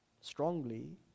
strongly